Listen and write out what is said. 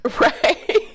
Right